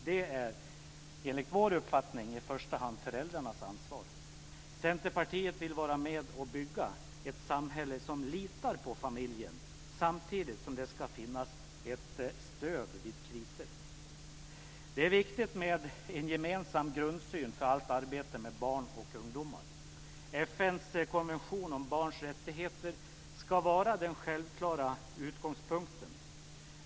Det är enligt vår uppfattning i första hand föräldrarnas ansvar. Centerpartiet vill vara med och bygga ett samhälle som litar på familjen, samtidigt som det ska finnas ett stöd vid kriser. Det är viktigt med en gemensam grundsyn för allt arbete med barn och ungdomar. FN:s konvention om barns rättigheter ska vara den självklara utgångspunkten.